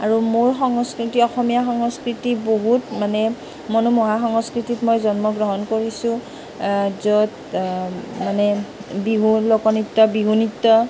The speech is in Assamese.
আৰু মোৰ সংস্কৃতি অসমীয়া সংস্কৃতি বহুত মানে মনোমোহা সংস্কৃতিত মই জন্মগ্ৰহণ কৰিছোঁ য'ত মানে বিহু লোক নৃত্য বিহু নৃত্য